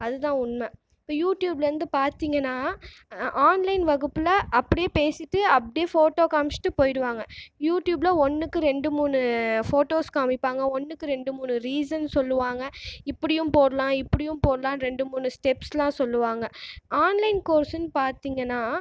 அது தான் உண்மை இப்போ யூட்டியூப்பில் இருந்து பார்த்தீங்கன்னா ஆன்லைன் வகுப்பில் அப்படியே பேசிட்டு அப்படியே ஃபோட்டோ காமிச்சுட்டு போயிடுவாங்க யூட்டியூப்ல ஒன்றுக்கு ரெண்டு மூணு ஃபோட்டோஸ் காமிப்பாங்க ஒன்றுக்கு ரெண்டு மூணு ரீசன் சொல்வாங்கள் இப்படியும் போடலாம் இப்படியும் போடலாம் ரெண்டு மூணு ஸ்டெப்ஸ் எல்லாம் சொல்லுவாங்கள் ஆன்லைன் கோர்ஸ்னு பார்த்தீங்கன்னால்